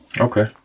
Okay